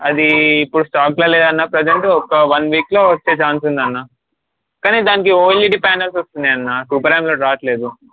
అది ఇప్పుడు స్టాక్లో లేదు అన్నా ప్రెసెంట్ ఒక వన్ వీక్లో వచ్చే ఛాన్స్ ఉందన్నా కానీ దానికి ఓఎల్ఈడి పానల్స్ వస్తున్నాయి అన్న సూపర్ ఆండ్రోయిడ్ రావట్లేదు